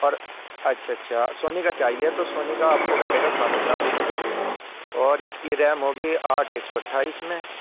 پر اچھا اچھا سونی کا چاہیے تو سونی کا آپ کو پڑے گا ساٹھ ہزار روپیے کا اور اس کی ریم ہوگی آٹھ ایک سو اٹھائیس میں